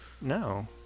No